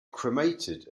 cremated